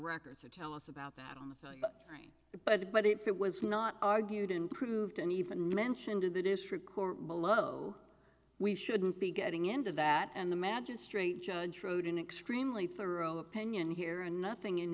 records that tell us about that on the right but but if it was not argued and proved and even mentioned in the district court below we shouldn't be getting into that and the magistrate judge wrote an extremely thorough opinion here and nothing in